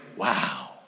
Wow